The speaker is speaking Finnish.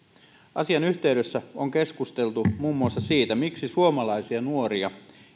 asian yhteydessä on keskusteltu muun muassa siitä miksi suomalaisia nuoria